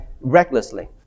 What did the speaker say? recklessly